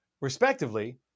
respectively